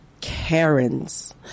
karens